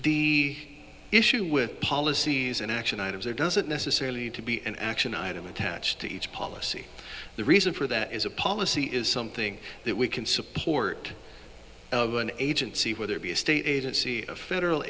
the issue with policies and action items there doesn't necessarily need to be an action item attached to each policy the reason for that is a policy is something that we can support of an agency whether it be a state agency a federal